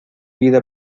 vida